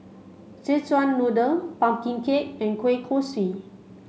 Szechuan noodle pumpkin cake and Kueh Kosui